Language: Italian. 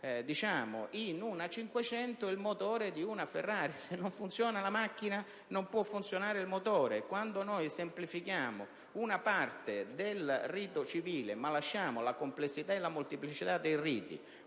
in una Cinquecento il motore di una Ferrari: se non funziona la macchina non può funzionare il motore. Si semplifica una parte del rito civile, ma si mantiene la complessità e la molteplicità dei riti